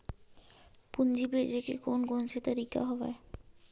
पूंजी भेजे के कोन कोन से तरीका हवय?